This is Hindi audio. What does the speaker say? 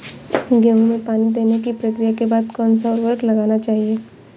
गेहूँ में पानी देने की प्रक्रिया के बाद कौन सा उर्वरक लगाना चाहिए?